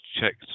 checked